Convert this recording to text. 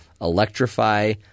electrify